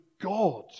God